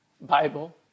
Bible